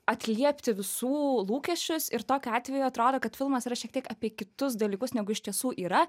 atliepti visų lūkesčius ir tokiu atveju atrodo kad filmas yra šiek tiek apie kitus dalykus negu iš tiesų yra